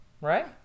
right